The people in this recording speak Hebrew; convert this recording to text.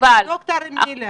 ד"ר אמיליה,